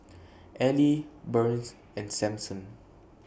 Elie Burns and Samson